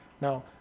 Now